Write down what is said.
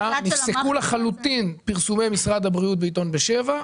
נפסקו לחלוטין פרסומי משרד הבריאות בעיתון "בשבע"